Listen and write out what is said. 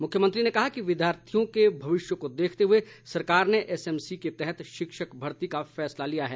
मुख्यमंत्री ने कहा कि विद्यार्थियों के भविष्य को देखते हुए सरकार ने एसएमसी के तहत शिक्षक भर्ती का फैसला लिया है